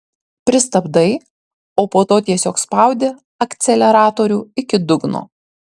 pristabdai o po to tiesiog spaudi akceleratorių iki dugno